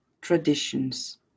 traditions